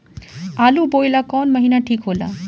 आलू बोए ला कवन महीना ठीक हो ला?